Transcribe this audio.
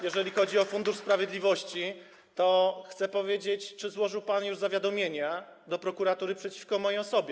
jeżeli chodzi o Fundusz Sprawiedliwości, to chcę zapytać, czy złożył pan już zawiadomienie do prokuratury przeciwko mojej osobie.